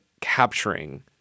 capturing